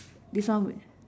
this one